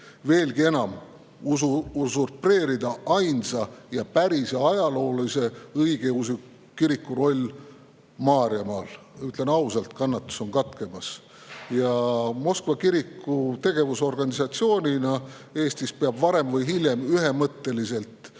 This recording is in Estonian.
veelgi enam: usurpeerida ainsa ja päris ajaloolise õigeusu kiriku roll Maarjamaal. Ütlen ausalt, kannatus on katkemas. Moskva kiriku tegevus organisatsioonina Eestis peab varem või hiljem ühemõtteliselt,